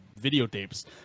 videotapes